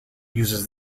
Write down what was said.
uses